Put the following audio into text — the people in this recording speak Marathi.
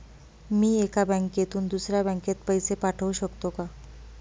मी एका बँकेतून दुसऱ्या बँकेत पैसे पाठवू शकतो का?